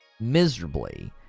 miserably